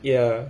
ya